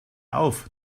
auf